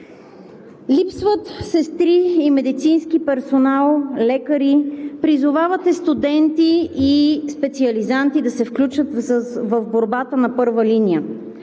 Липсват сестри и медицински персонал, лекари. Призовавате студенти и специализанти да се включат в борбата на първа линия.